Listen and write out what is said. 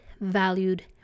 valued